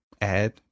add